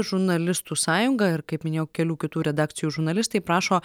žurnalistų sąjunga ir kaip minėjau kelių kitų redakcijų žurnalistai prašo